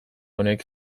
honek